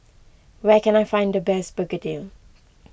where can I find the best Begedil